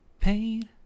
paid